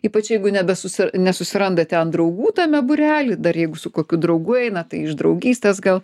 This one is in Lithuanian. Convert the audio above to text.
ypač jeigu nebesusi nesusiranda ten draugų tame būrely dar jeigu su kokiu draugu eina tai iš draugystės gal